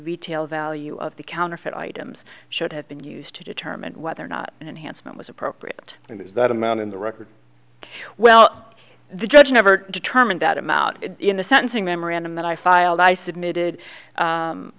retail value of the counterfeit items should have been used to determine whether or not and handsome it was appropriate it was that amount in the record well the judge never determined that i'm out in the sentencing memorandum that i filed i submitted